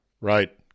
Right